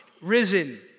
risen